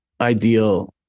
ideal